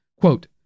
quote